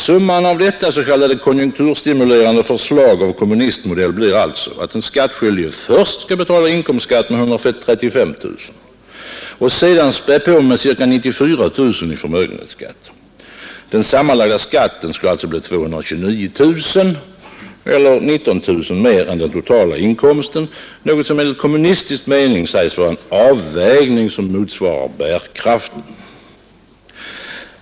Summan av detta s.k. konjunkturstimulerande förslag av kommunistmodell blir alltså att den skyldige först skall betala inkomstskatt med 135 000 och sedan späda på med cirka 94 000 i förmögenhetsskatt. Den sammanlagda skatten skulle alltså bli 229 000, eller 19 000 mer än den totala inkomsten — något som enligt kommunistisk mening sägs vara en avvägning som motsvarar bärkraften.